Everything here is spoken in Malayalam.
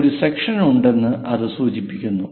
ഒരു സെക്ഷൻ ഉണ്ടെന്ന് ഇത് സൂചിപ്പിക്കുന്നു